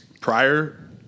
prior